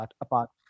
apart